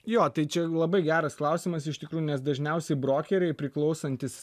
jo tai čia labai geras klausimas iš tikrųjų nes dažniausiai brokeriai priklausantys